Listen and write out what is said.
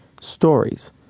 Stories